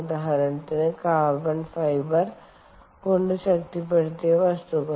ഉദാഹരണത്തിന് carbon fibre കൊണ്ട് ശക്തിപ്പെടുത്തിയ വസ്തുക്കൾ